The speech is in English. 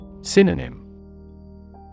Synonym